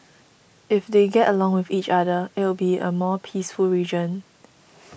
if they get along with each other it'll be a more peaceful region